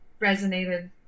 resonated